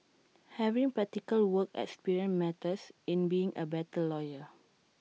having practical work experience matters in being A better lawyer